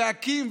אקי"ם,